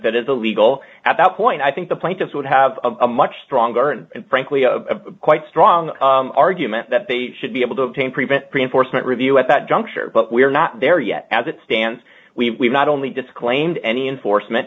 that is illegal at that point i think the plaintiffs would have a much stronger and frankly quite strong argument that they should be able to obtain prevent pre enforcement review at that juncture but we're not there yet as it stands we not only disclaimed any enforcement